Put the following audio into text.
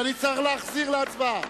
(קורא בשמות חברי הכנסת)